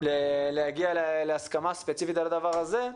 להגיע להסכמה ספציפית על הדבר הזה,